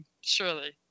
Surely